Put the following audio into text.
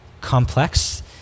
complex